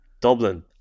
Dublin